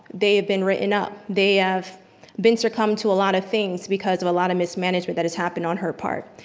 they had been written up, they have been succumb to a lot of things because of a lot of mismanagement that has happened on her part.